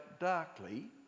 darkly